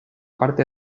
parte